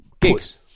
gigs